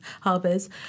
harbors